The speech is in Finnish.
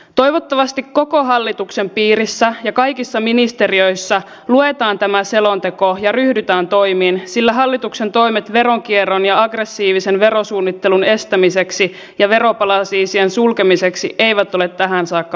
toivottavasti koko hallituksen piirissä ja kaikissa ministeriöissä luetaan tämä selonteko ja ryhdytään toimiin sillä hallituksen toimet veronkierron ja aggressiivisen verosuunnittelun estämiseksi ja veroparatiisien sulkemiseksi eivät ole tähän saakka vakuuttaneet